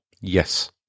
Yes